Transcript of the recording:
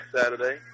Saturday